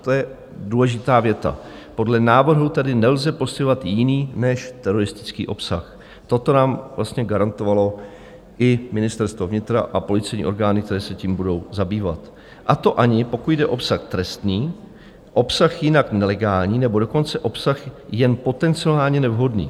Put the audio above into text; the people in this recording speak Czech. To je důležitá věta: Podle návrhu tedy nelze postihovat jiný než teroristický obsah toto nám vlastně garantovalo i Ministerstvo vnitra a policejní orgány, které se tím budou zabývat , a to ani pokud jde o obsah trestní, obsah jinak nelegální, nebo dokonce obsah jen potenciálně nevhodný.